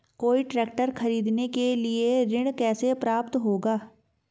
मुझे ट्रैक्टर खरीदने के लिए ऋण कैसे प्राप्त होगा?